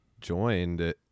joined